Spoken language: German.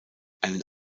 einen